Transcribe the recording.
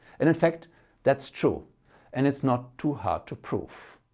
and in fact that's true and it's not too hard to prove.